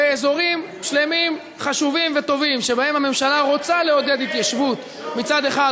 ואזורים שלמים חשובים וטובים שבהם הממשלה רוצה לעודד התיישבות מצד אחד,